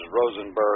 Rosenberg